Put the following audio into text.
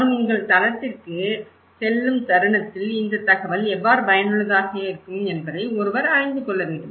அது உங்கள் தளத்திற்கு செல்லும் தருணத்தில் இந்த தகவல் எவ்வாறு பயனுள்ளதாக இருக்கும் என்பதை ஒருவர் அறிந்து கொள்ள வேண்டும்